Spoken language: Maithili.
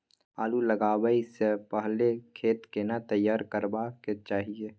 आलू लगाबै स पहिले खेत केना तैयार करबा के चाहय?